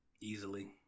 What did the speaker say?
easily